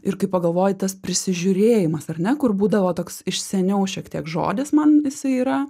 ir kai pagalvoji tas prisižiūrėjimas ar ne kur būdavo toks iš seniau šiek tiek žodis man jisai yra